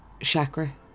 chakra